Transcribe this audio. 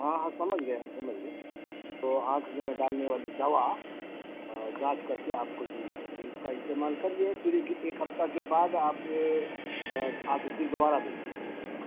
ہاں ہاں سمجھ گئے ہم سمجھ گئے تو آنکھ میں ڈالنے والی دوا جانچ کر کے آپ کو دی جائے گی اس کا استعمال کریے پھر ایک ہفتہ کے بعد آپ آ کے پھر دوبارہ دکھائیے